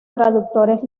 traductores